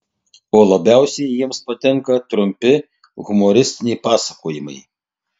o labiausiai jiems patinka trumpi humoristiniai pasakojimai